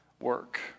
work